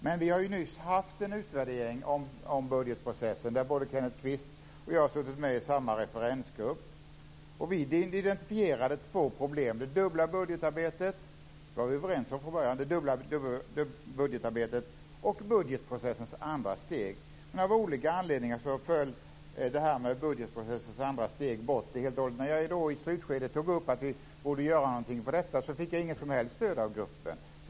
Men vi har ju nyss haft en utvärdering av budgetprocessen där Kenneth Kvist och jag har suttit med i samma referengrupp. Och vi identifierade två problem, det dubbla budgetarbetet, vilket vi var överens om från början, och budgetprocessens andra steg. Men av olika anledningar föll detta med budgetprocessens andra steg bort helt och hållet. När jag då i slutskedet tog upp frågan om att vi borde göra någonting i fråga om detta så fick jag inget som helst stöd av gruppen.